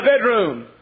bedroom